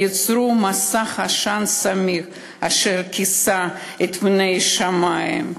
יצרו מסך עשן סמיך אשר כיסה את פני השמים.